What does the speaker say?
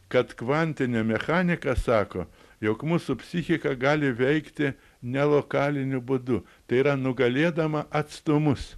kad kvantinė mechanika sako jog mūsų psichika gali veikti nelokaliniu būdu tai yra nugalėdama atstumus